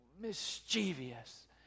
mischievous